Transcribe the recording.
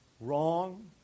wrong